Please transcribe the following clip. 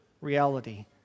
reality